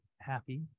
happy